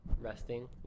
resting